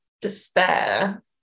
despair